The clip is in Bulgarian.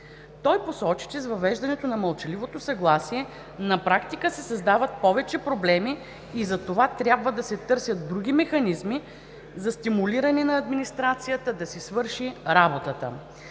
Той посочи, че с въвеждането на мълчаливото съгласие на практика се създадат повече проблеми и затова трябва да се търсят други механизми за стимулиране на администрацията да си свърши работата.